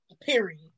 Period